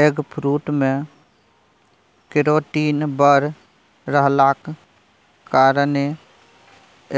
eggfruit मे carotene बड़ रहलाक कारणेँ